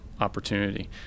opportunity